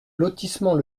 lotissement